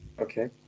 Okay